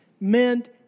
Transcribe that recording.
meant